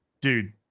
Dude